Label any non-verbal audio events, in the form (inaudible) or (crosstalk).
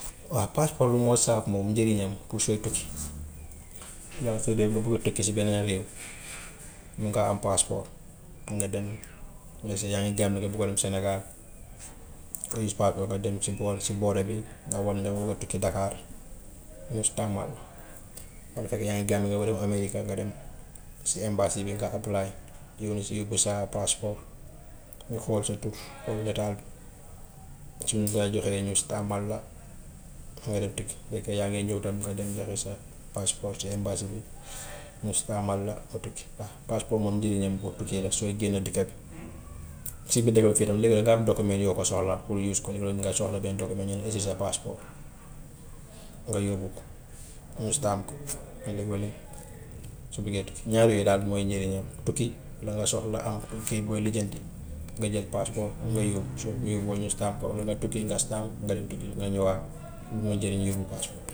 Waa passport lu moo sax moom njëriñam pour sooy tukki, (noise) ndax soo demee ba bugga tukki si beneen réew (noise) mun ngaa am passport pour nga dem, su nekkee yaa ngi gambie nga bugg a dem sénégal nga use passport nga dem si (unintelligible) nga wan nga bugga tukki dakar (unintelligible) walla fekk yaa ngi gambie nga bugga dem america nga dem si embassy bi nga apply yónni si yóbbu sa passport ñu xool sa tur, (noise) xool état bi su ñu la joxee ñu stamp la nga dem tukki, su fekkee yaa ngee ñëw tam nga dem joxe sa passport ci embassy bi (noise) ñu stamp la nga tukki. Waa passport moom njëriñam pour tukki la sooy génn dëkka bi si bitti yow fii tam léegi dangaa am document yoo ko soxlaa pour use ko, mu ngi mel ni nga soxla benn document ñu ne indil sa passport nga yóbbu ko mu stamp ko (unintelligible) su buggee tukki, ñaar yooyu daal mooy njëriñam tukki walla nga soxla am këyit booy lijjanti nga jël passport nga yóbbu soo ko yóbboo ñu stamp ko nga tukki nga ñëwaat (noise) loolu mooy njëriñu passport.